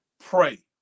pray